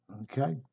Okay